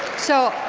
so,